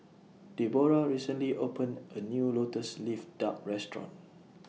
Deborrah recently opened A New Lotus Leaf Duck Restaurant